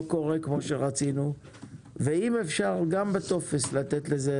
קורה כפי שרצינו ואם אפשר גם בטופס לתת לזה